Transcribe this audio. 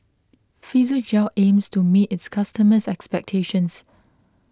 Physiogel aims to meet its customers' expectations